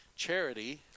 Charity